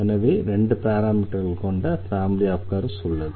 எனவே 2 பாராமீட்டர்கள் கொண்ட ஃபேமிலி ஆஃப் கர்வ்ஸ் உள்ளது